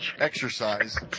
exercise